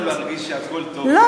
יגרום גם לנו להרגיש שהכול טוב במדינה.